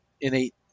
innate